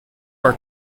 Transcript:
are